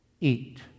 eat